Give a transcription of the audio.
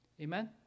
Amen